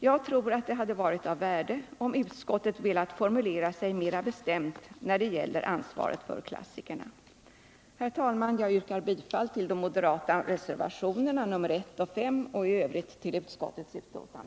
Jag tror det hade varit av värde om utskottet velat formulera sig mer bestämt när det gäller ansvaret för klassikerna. Jag yrkar bifall till de moderata reservationerna 1 och 5 och i övrigt bifall till utskottets hemställan.